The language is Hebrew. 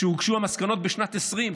כשהוגשו המסקנות בשנת 2020,